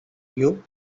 you